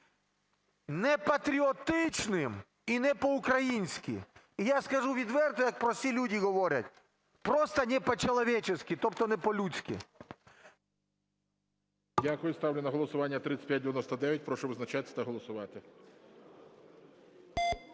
непатріотичним і не по-українськи. І я скажу відверто, як прості люди говорять: просто не по-человечески. Тобто не по-людські.